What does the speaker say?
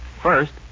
First